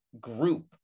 group